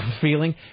feeling